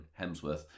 Hemsworth